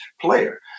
player